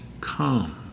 come